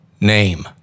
name